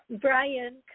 Brian